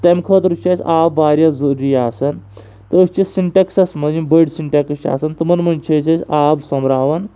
تَمہِ خٲطرٕ چھِ اَسہِ آب واریاہ ضروٗرِی آسان تہٕ أسۍ چھِ سِنٹٮ۪کسَس منٛز یِم بٔڈ سِنٹٮ۪کس چھِ آسان تِمَن منٛز چھِ أسۍ أسۍ آب سۄمبراوان